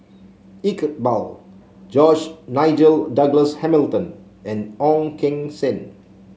Iqbal George Nigel Douglas Hamilton and Ong Keng Sen